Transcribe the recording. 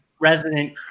resident